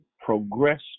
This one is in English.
progress